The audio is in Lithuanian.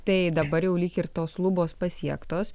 tai dabar jau lyg ir tos lubos pasiektos